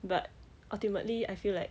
but ultimately I feel like